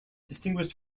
distinguished